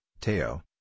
TEO